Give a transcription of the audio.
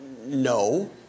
no